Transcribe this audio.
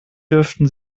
dürften